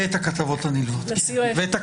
לא שאני ממליץ לכם.